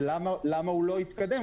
ולמה הוא לא התקדם,